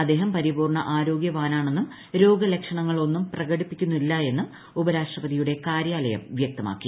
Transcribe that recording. അദ്ദേഹം പരിപൂർണ്ണ ആരോഗ്യവാനാണെന്നും രോഗലക്ഷണങ്ങൾ ഒന്നും പ്രകടിപ്പിക്കുന്നില്ലെന്നും ഉപരാഷ്ട്രപതിയുടെ കാര്യാലയം വൃക്തമാക്കി